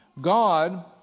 God